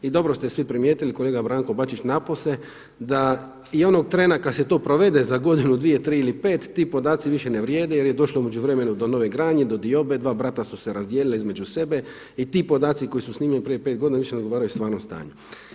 I dobro ste svi primijetili, kolega Branko Bačić napose, da i onog trena kad se to provede za godinu, dvije, tri ili pet, ti podaci više ne vrijede jer je došlo u međuvremenu do nove gradnje, do diobe, dva brata su se razdijelila između sebe i ti podaci koji su snimljeni prije pet godina više ne odgovaraju stvarnom stanju.